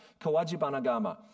kawajibanagama